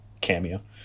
cameo